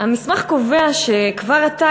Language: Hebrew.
המסמך קובע שכבר עתה,